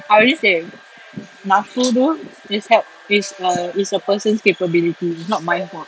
I already say nafsu tu it's uh it's a it's a person's capability it's not my own